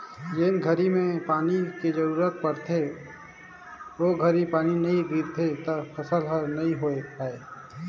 जेन घरी में पानी के जरूरत पड़थे ओ घरी पानी नई गिरथे त फसल हर नई होय पाए